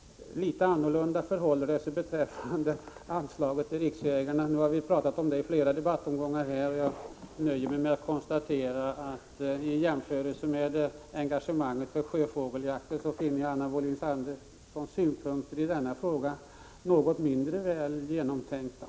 Litet annorlunda förhåller det sig beträffande anslaget till ”riksjägarna”. Vi har talat om detta i flera replikomgångar, och jag nöjer mig med att konstatera att i jämförelse med Anna Wohlin-Anderssons engagemang för sjöfågelsjakten finner jag hennes synpunkter i denna sistnämnda fråga något — Prot. 1985/86:140 mindre väl genomtänkta.